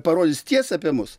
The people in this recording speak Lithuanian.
parodys tiesą apie mus